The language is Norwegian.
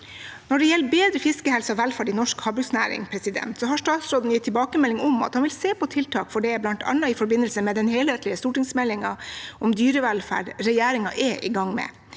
Når det gjelder bedre fiskehelse og velferd i norsk havbruksnæring, har statsråden gitt tilbakemelding om at han vil se på tiltak for det, bl.a. i forbindelse med den helhetlige stortingsmeldingen om dyrevelferd som regjeringen er i gang med.